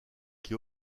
qui